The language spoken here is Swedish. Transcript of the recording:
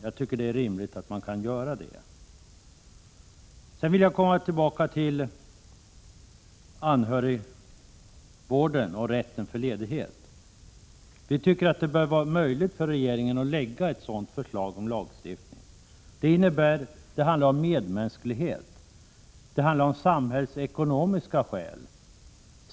Jag tycker det är rimligt att göra det. Sedan vill jag komma tillbaka till rätten till ledighet för anhörigvård. Vi tycker att det bör vara möjligt för regeringen att framlägga ett förslag om sådan lagstiftning. Det handlar om medmänsklighet. Det handlar om samhällsekonomiska skäl.